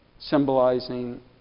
symbolizing